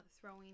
throwing